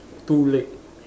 two leg